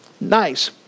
Nice